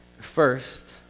First